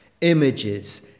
images